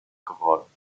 geworden